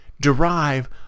derive